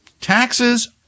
Taxes